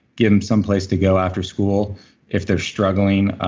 give them some place to go after school if they're struggling